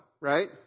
right